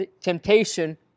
temptation